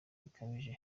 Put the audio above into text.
bikabije